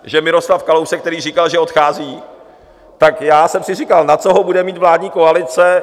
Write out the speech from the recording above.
Že Miroslav Kalousek, který říkal, že odchází, tak jsem si říkal: Na co ho bude mít vládní koalice schovaného?